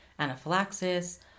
anaphylaxis